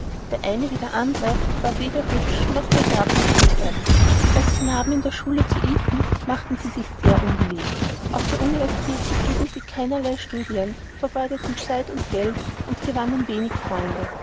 der eine wie der andre war weder hübsch noch begabt noch gutherzig als knaben in der schule zu eton machten sie sich sehr unbeliebt auf der universität betrieben sie keinerlei studien vergeudeten zeit und geld und gewannen wenig freunde